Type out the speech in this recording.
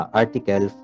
article